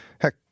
Heck